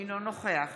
אינו נוכח